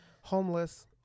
homeless